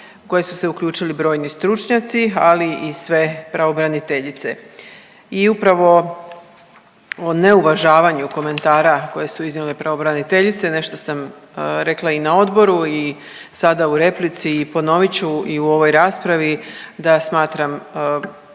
u koje su se uključili brojni stručnjaci, ali i sve pravobraniteljice i upravo o neuvažavanju komentara koje su iznijele pravobraniteljice, nešto sam rekla i na odboru i sada u replici i ponovit ću i u ovoj raspravi, da smatram